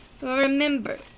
remember